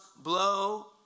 blow